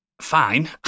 fine